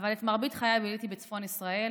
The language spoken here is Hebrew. אבל את מרבית חיי ביליתי בצפון ישראל,